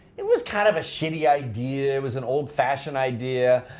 it was kind of a shitty idea, it was an old-fashioned idea.